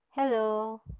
Hello